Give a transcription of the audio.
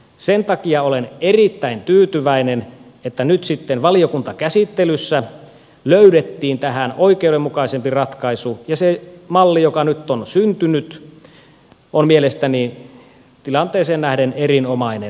sen takia olen erittäin tyytyväinen että nyt sitten valiokuntakäsittelyssä löydettiin tähän oikeudenmukaisempi ratkaisu ja se malli joka nyt on syntynyt on mielestäni tilanteeseen nähden erinomainen